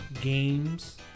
games